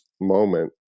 moment